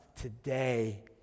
today